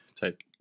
type